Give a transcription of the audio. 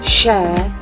share